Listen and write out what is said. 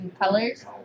colors